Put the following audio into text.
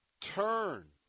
turn